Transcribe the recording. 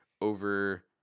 over